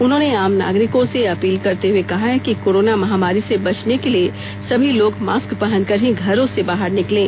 उन्होंने आम नागरिकों से अपील करते हुए कहा है कि कोरोना महामारी से बचने के लिए सभी लोग मास्क पहन कर ही घरों से बाहर निकलें